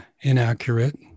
inaccurate